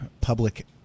public